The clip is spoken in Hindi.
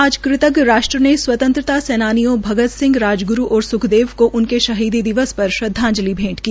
आज राष्ट्र स्वतंत्रता सैनानियों शहीद भगत सिंह राजगुरू और सुखदेव को उनके शहीदी दिवस पर श्रद्वाजंलि भेंट की